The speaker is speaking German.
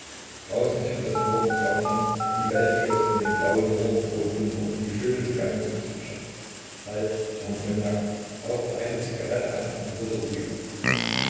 draußen fing das morgengrauen an die welt floß in dem blauen morgenrotwunder und die vögel begannen zu zwitschern falk trank cognac rauchte eine zigarette an und wurde ruhiger